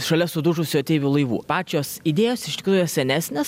šalia sudužusių ateivių laivų pačios idėjos iš tikrųjų yra senesnės